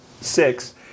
six